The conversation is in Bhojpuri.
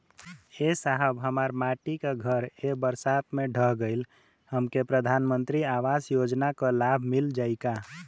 ए साहब हमार माटी क घर ए बरसात मे ढह गईल हमके प्रधानमंत्री आवास योजना क लाभ मिल जाई का?